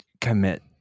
commit